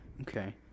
Okay